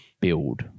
build